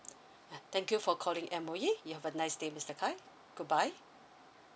ah thank you for calling M_O_E you have a nice day mister khai goodbye